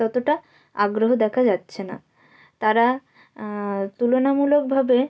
ততটা আগ্রহ দেখা যাচ্ছে না তারা তুলনামূলকভাবে